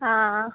हां